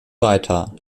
weiter